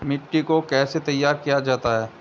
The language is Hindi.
मिट्टी को कैसे तैयार किया जाता है?